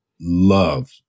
love